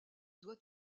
doit